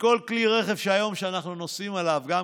בכל כלי רכב שאנחנו נוסעים עליו היום,